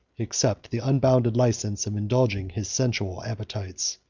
except the unbounded license of indulging his sensual appetites.